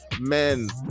men